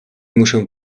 muszę